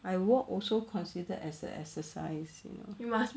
I walk also considered as a exercise you know